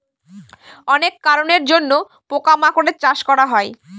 অনেক কারনের জন্য পোকা মাকড়ের চাষ করা হয়